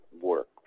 work